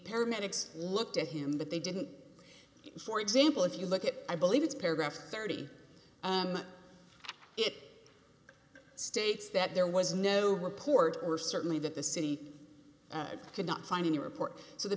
paramedics looked at him that they didn't for example if you look at i believe it's paragraph thirty it states that there was no report or certainly that the city could not find any report so the